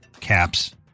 caps